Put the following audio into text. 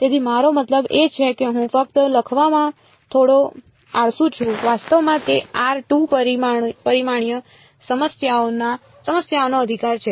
તેથી મારો મતલબ એ છે કે હું ફક્ત લખવામાં થોડો આળસુ છું વાસ્તવમાં તે 2 પરિમાણીય સમસ્યાઓનો અધિકાર છે